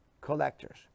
collectors